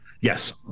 Yes